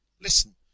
listen